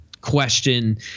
question